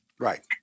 Right